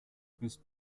bis